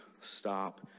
stop